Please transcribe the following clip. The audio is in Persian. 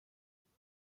تمرین